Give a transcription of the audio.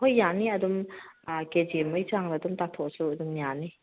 ꯍꯣꯏ ꯌꯥꯅꯤ ꯑꯗꯨꯝ ꯀꯦ ꯖꯤ ꯑꯃꯒꯤ ꯆꯥꯡꯗ ꯑꯗꯨꯝ ꯇꯥꯊꯣꯛꯑꯁꯨ ꯑꯗꯨꯝ ꯌꯥꯅꯤ